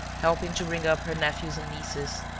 helping to bring up her nephews and nieces,